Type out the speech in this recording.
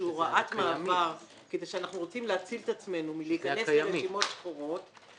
ש --- כי אנחנו רוצים להציל את עצמנו מלהיכנס לרשימות שחורות,